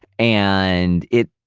and, it